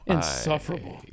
Insufferable